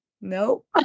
nope